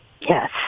Yes